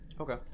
Okay